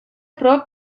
prop